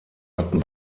hatten